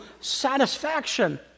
satisfaction